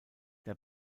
der